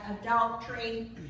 adultery